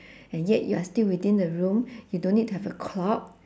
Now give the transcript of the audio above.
and yet you are still within the room you don't need to have a clock